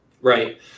Right